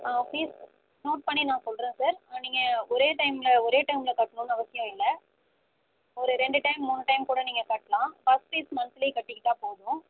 ஆ fees note பண்ணி நான் சொல்கிறேன் சார் நீங்கள் ஒரே டைமில் ஒரே டெர்மில் கட்டணும்ன்னு அவசியம் இல்லை ஒரு ரெண்டு டைம் மூணு டைம் கூட நீங்கள் கட்டலாம் பஸ் ஃபீஸ் மந்த்லி கட்டிக்கிட்டால் போதும்